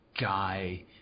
guy